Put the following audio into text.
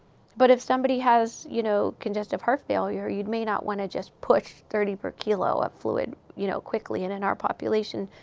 but if somebody has, you know, congestive heart failure, you may not want to just push thirty per kilo of fluid, you know, quickly. and in our population,